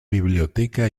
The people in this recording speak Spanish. biblioteca